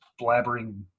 blabbering